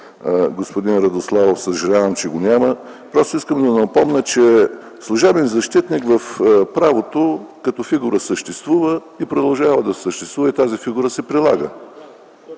господин Радославов, просто искам да му напомня, че служебен защитник в правото като фигура съществува и продължава да съществува, и тази фигура се прилага.